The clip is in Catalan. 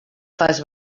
fas